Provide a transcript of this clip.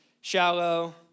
shallow